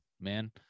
man